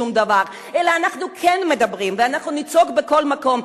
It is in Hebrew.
ואנחנו נצעק בכל מקום,